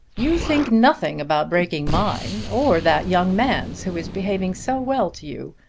you think nothing about breaking mine or that young man's who is behaving so well to you.